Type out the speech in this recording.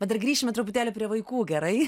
bet dar grįšime truputėlį prie vaikų gerai